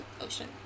ocean